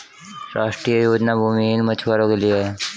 राष्ट्रीय योजना भूमिहीन मछुवारो के लिए है